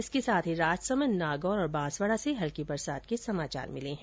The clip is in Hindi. इसके साथ ही राजसमन्द नागौर और बांसवाड़ा से हल्की बरसात के समाचार मिले हैं